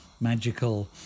magical